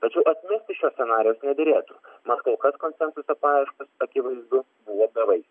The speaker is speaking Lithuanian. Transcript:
tačiau atmesti šio scenarijaus nederėtų matau kad konsensuso paieškos akivaizdu buvo bevais